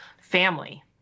family